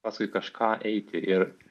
paskui kažką eiti ir